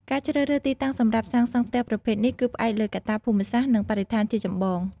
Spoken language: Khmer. ការជ្រើសរើសទីតាំងសម្រាប់សាងសង់ផ្ទះប្រភេទនេះ គឺផ្អែកលើកត្តាភូមិសាស្ត្រ និងបរិស្ថានជាចម្បង ។